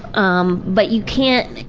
um, but you can't.